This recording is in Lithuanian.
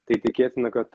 tai tikėtina kad